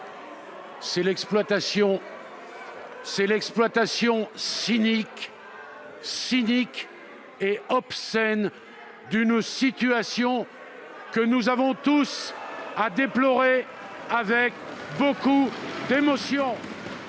C'est l'exploitation cynique et obscène d'une situation que nous avons tous à déplorer avec beaucoup d'émotion